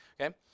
Okay